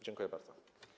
Dziękuję bardzo.